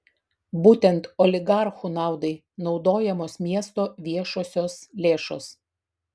būtent oligarchų naudai naudojamos miesto viešosios lėšos